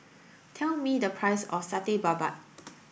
tell me the price of Satay Babat